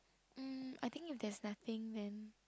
mm I think if there's nothing then